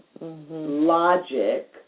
logic